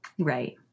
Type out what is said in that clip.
Right